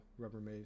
Rubbermaid